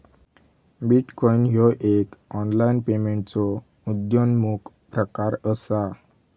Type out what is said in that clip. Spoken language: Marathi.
बिटकॉईन ह्यो एक ऑनलाईन पेमेंटचो उद्योन्मुख प्रकार असा